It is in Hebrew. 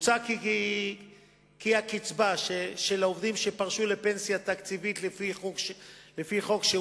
מוצע כי הקצבה של עובדים שפרשו לפנסיה תקציבית לפי חוק שירות